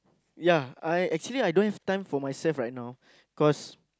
ya I actually I don't have time for myself right now cause